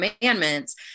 commandments